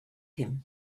him